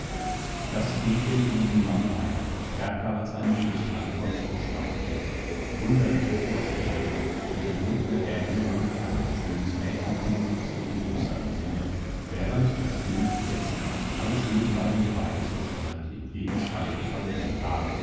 das ging dem guten mann ein stärker als ein liebestrank von froschbeinchen wunderliche vorstellungen eine dunkle erinnerung an ein schönes mädchenkind zogen durch seine sinne während das kind jetzt als lange schön bleibende weibesgestalt in lebensreife bei ihm war